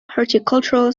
horticultural